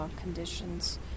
conditions